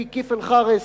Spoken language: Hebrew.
היא כיף-אלחארס,